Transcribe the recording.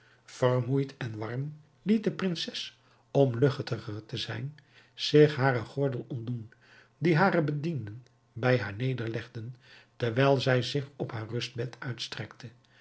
vermoeid en warm liet de prinses om luchtiger te zijn zich van haren gordel ontdoen die hare bedienden bij haar nederlegden terwijl zij zich op haar rustbed uitstrekte